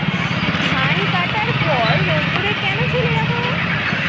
ধান কাটার পর রোদ্দুরে কেন ফেলে রাখা হয়?